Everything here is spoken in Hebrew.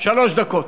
שלוש דקות.